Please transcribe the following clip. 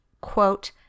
quote